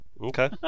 Okay